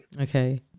okay